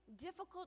difficult